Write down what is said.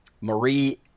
Marie